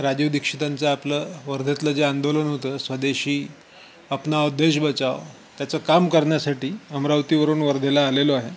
राजीव दीक्षितांचं आपलं वर्धेतलं जे आंदोलन होतं स्वदेशी अपनाव देश बचाव त्याचं काम करण्यासाठी अमरावतीवरून वर्धेला आलेलो आहे